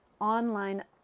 online